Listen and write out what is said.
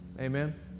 Amen